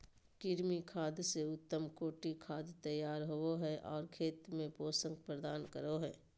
कृमि खाद से उत्तम कोटि खाद तैयार होबो हइ और खेत में पोषक प्रदान करो हइ